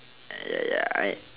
ya ya I